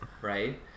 right